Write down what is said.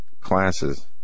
classes